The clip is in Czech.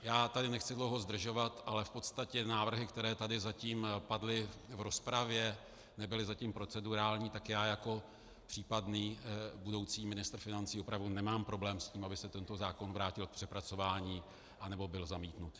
Já tady nechci dlouho zdržovat, ale v podstatě návrhy, které tady zatím padly v rozpravě, nebyly zatím procedurální, tak já jako případný budoucí ministr financí opravdu nemám problém, aby se ten zákon vrátil k přepracování, anebo byl zamítnut.